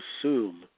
assume